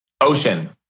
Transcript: Ocean